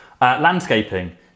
landscaping